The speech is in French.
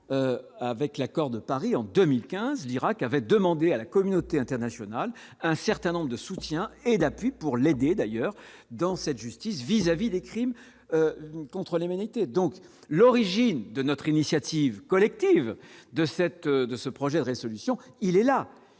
avec l'accord de Paris en 2015, l'Irak avait demandé à la communauté internationale, un certain nombre de soutien et d'appui pour l'aider d'ailleurs dans cette justice vis-à-vis des crimes contre l'humanité, donc l'origine de notre initiative collective de cette, de ce projet de résolution, il est là,